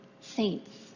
saints